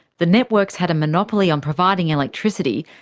the networks had a monopoly on providing electricity,